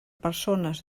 persones